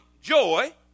joy